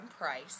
Price